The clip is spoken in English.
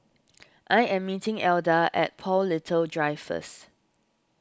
I am meeting Elda at Paul Little Drive first